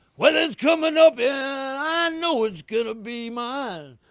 weather's coming up i know it's going to be mine.